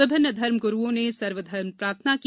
विभिन्न धर्मग्रुओं ने सर्वधर्म प्रार्थना की